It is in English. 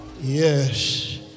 Yes